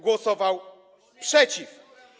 Głosował przeciw.